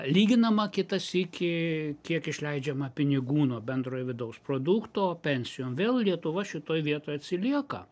lyginama kitą sykį kiek išleidžiama pinigų nuo bendrojo vidaus produkto pensijom vėl lietuva šitoj vietoj atsilieka